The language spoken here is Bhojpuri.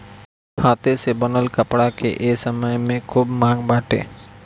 हाथे से बनल कपड़ा के ए समय में खूब मांग बाटे